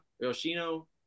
Yoshino